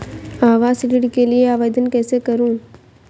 आवास ऋण के लिए आवेदन कैसे करुँ?